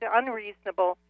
unreasonable